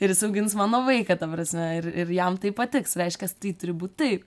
ir jis augins mano vaiką ta prasme ir ir jam tai patiks reiškias tai turi būt taip